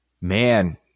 man